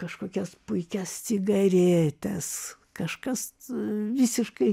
kažkokias puikias cigaretes kažkas visiškai